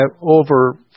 over